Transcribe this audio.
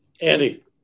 Andy